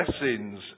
blessings